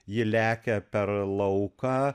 ji lekia per lauką